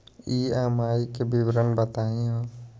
EMI के विवरण बताही हो?